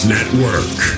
Network